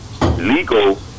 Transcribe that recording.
legal